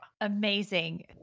amazing